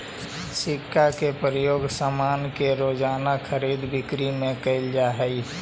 सिक्का के प्रयोग सामान के रोज़ाना खरीद बिक्री में कैल जा हई